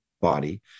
body